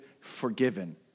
forgiven